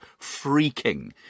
freaking